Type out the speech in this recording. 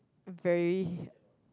very